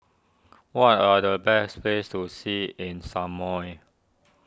what are the best place to see in Samoa